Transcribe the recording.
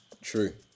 True